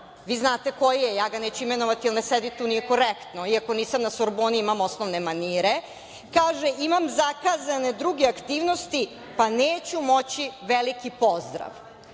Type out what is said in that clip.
vi znate koji je, neću ga imenovati jer ne sedi tu, nije korektno, iako nisam na Sorboni, imam osnovne manire, kaže - imam zakazane druge aktivnosti pa neću moći, veliki pozdrav. Vi